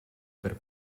per